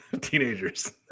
teenagers